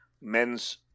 men's